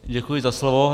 Děkuji za slovo.